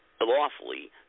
lawfully